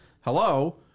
Hello